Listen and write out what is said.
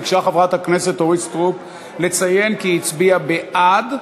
ביקשה חברת הכנסת אורית סטרוק לציין כי היא הצביעה בעד,